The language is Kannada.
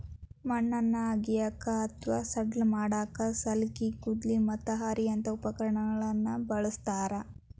ಮಣ್ಣನ್ನ ಅಗಿಯಾಕ ಅತ್ವಾ ಸಡ್ಲ ಮಾಡಾಕ ಸಲ್ಕಿ, ಗುದ್ಲಿ, ಮತ್ತ ಹಾರಿಯಂತ ಉಪಕರಣಗಳನ್ನ ಬಳಸ್ತಾರ